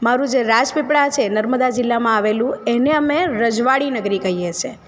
મારું જે રાજપીપળા છે નર્મદા જિલ્લામાં આવેલું એને અમે રજવાડી નગરી કહીએ છે